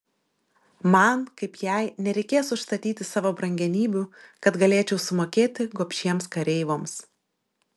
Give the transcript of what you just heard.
man kaip jai nereikės užstatyti savo brangenybių kad galėčiau sumokėti gobšiems kareivoms